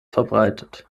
verbreitet